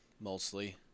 mostly